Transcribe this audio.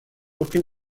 aucune